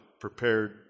prepared